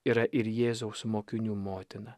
yra ir jėzaus mokinių motina